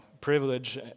privilege